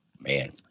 Man